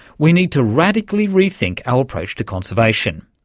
we need to radically rethink our approach to conservation.